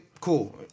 Cool